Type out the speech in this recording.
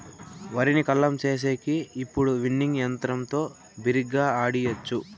వరిని కల్లం చేసేకి ఇప్పుడు విన్నింగ్ యంత్రంతో బిరిగ్గా ఆడియచ్చు